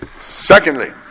Secondly